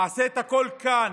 אעשה את הכול כאן,